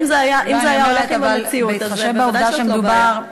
אם זה היה הולך עם המציאות, אז ודאי שזאת לא בעיה.